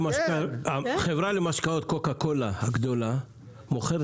החברה למשקאות, קוקה קולה הגדולה, מוכרת